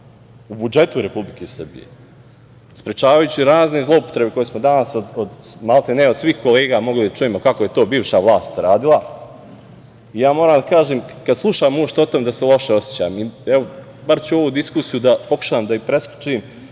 u budžetu Republike Srbije, sprečavajući razne zloupotrebe koje smo danas maltene od svih kolega mogli da čujemo kako je to bivša vlast radila, ja moram da kažem, kad slušam uopšte o tome, loše se osećam. Bar ću ovu diskusiju da pokušam da preskočim,